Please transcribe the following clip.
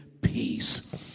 peace